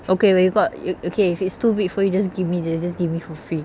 okay wait you got it o~ okay if it's too big for you just give me ju~ just give me for free